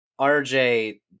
RJ